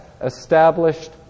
established